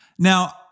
Now